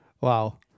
Wow